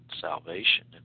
salvation